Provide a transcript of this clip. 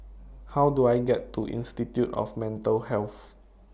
How Do I get to Institute of Mental Health